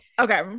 okay